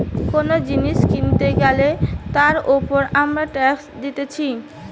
কোন জিনিস কিনতে গ্যালে তার উপর আমরা ট্যাক্স দিতেছি